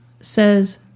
says